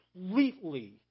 completely